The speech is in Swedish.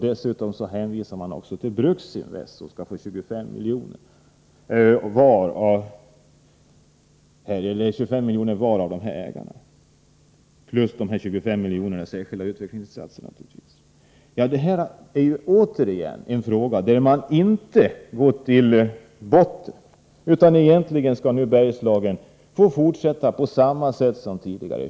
Dessutom hänvisas till Bruksinvest, som skall få 25 miljoner av var och en av ägarna. Här har vi återigen en fråga där man inte har gått till botten med problemen, utan egentligen skall Bergslagen få fortsätta på samma sätt som tidigare.